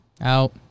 Out